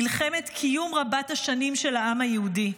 מלחמת קיום רבת-שנים של העם היהודי,